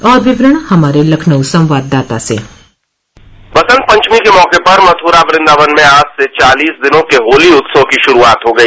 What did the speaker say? और विवरण हमारे लखनऊ संवाददाता से बसंत पंचमी के मौके पर मथुरा वृन्दावन में आज से चालीस दिनों की होली उत्सव की शुरुआत हो गई